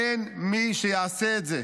אין מי שיעשה את זה'.